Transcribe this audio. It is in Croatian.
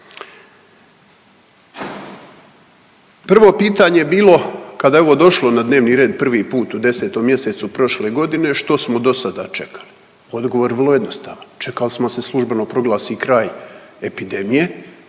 Prvo pitanje je bilo kada je ovo došlo na dnevni red prvi put u 10. mjesecu prošle godine, što smo dosada čekali. Odgovor je vrlo jednostavan, čekali smo da se službeno proglasi kraj epidemije,